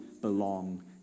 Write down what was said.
belong